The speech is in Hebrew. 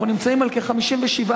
אנחנו נמצאים על כ-57%.